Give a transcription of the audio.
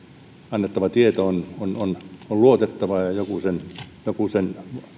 annettava tieto on luotettavaa ja joku sen